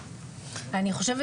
אני חושבת